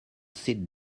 sit